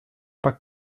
pas